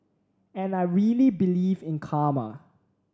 and I really believe in Karma